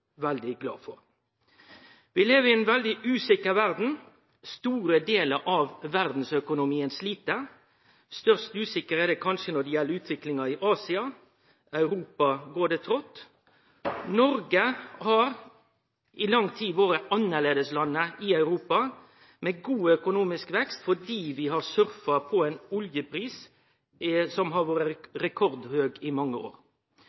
veldig glade for. Vi lever i ei veldig usikker verd. Store delar av verdsøkonomien slit. Størst usikkerheit er det kanskje når det gjeld utviklinga i Asia. I Europa går det trått. Noreg har i lang tid vore annleislandet i Europa med god økonomisk vekst, fordi vi har surfa på ein oljepris som har vore rekordhøg i mange år.